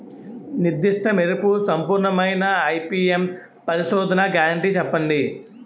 నిర్దిష్ట మెరుపు సంపూర్ణమైన ఐ.పీ.ఎం పరిశోధన గ్యారంటీ చెప్పండి?